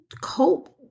cope